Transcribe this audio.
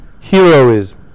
heroism